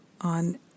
on